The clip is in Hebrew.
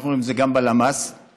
אנחנו רואים את זה גם בלמ"ס עכשיו,